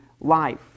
life